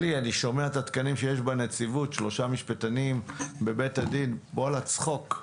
אני שומע את התקנים שיש בנציבות: שלושה משפטנים בבית הדין וואלה צחוק.